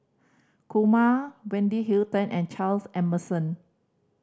Kumar Wendy Hutton and Charles Emmerson